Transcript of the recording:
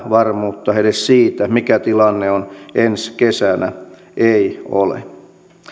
varmuutta edes siitä mikä tilanne on ensi kesänä ei ole